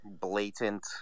blatant